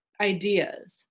ideas